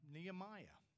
Nehemiah